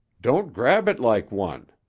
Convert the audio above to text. don't grab it like one.